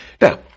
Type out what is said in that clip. Now